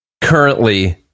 currently